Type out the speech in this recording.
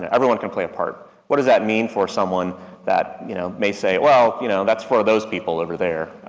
ah everyone can play a part. what does that mean for someone that, you know, may say, well, you know, that's for those people over there?